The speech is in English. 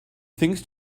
things